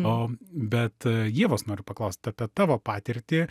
o bet ievos noriu paklaust apie tavo patirtį